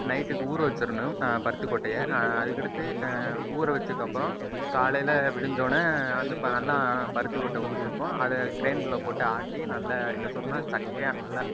நைட்டுக்கு ஊற வச்சிடணும் பருத்திக்கொட்டையை அதுக்கடுத்து ஊற வச்சதுக்கப்பறம் காலையில் விடிஞ்சோடன அந்த நல்லா பருத்திக்கொட்டை ஊறியிருக்கும் அதை கிரைண்டரில் போட்டு ஆட்டி நல்ல என்ன சொல்கிறேன்னா சக்கையாக நல்ல